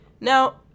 Now